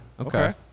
Okay